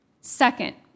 Second